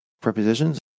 prepositions